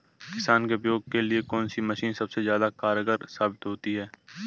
किसान के उपयोग के लिए कौन सी मशीन सबसे ज्यादा कारगर साबित होती है?